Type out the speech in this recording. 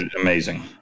amazing